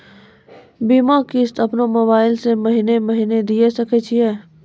बीमा किस्त अपनो मोबाइल से महीने महीने दिए सकय छियै?